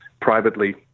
privately